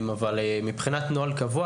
אבל מבחינת נוהל קבוע,